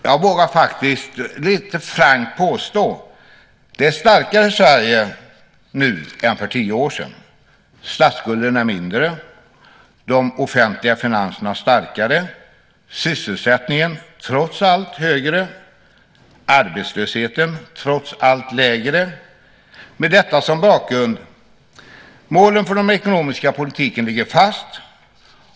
Jag vågar faktiskt lite frankt påstå att det nu är ett starkare Sverige än för tio år sedan. Statsskulden är mindre. De offentliga finanserna är starkare. Sysselsättningen är trots allt högre och arbetslösheten trots allt lägre. Med detta som bakgrund vill jag säga: Målen för den ekonomiska politiken ligger fast.